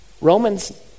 Romans